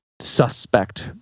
suspect